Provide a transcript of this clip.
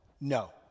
no